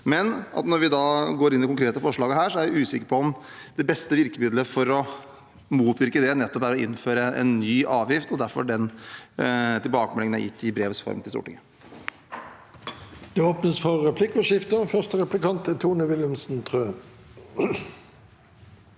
Når vi går inn i det konkrete forslaget her, er vi likevel usikre på om det beste virkemiddelet for å motvirke det er å innføre en ny avgift – derfor den tilbakemeldingen jeg har gitt i brevs form til Stortinget.